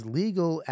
legal